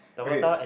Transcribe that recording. okay